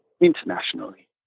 internationally